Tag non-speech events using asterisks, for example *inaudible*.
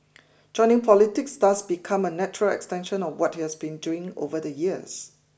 *noise* joining politics thus become a natural extension of what he has been doing over the years